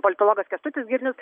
politologas kęstutis girnius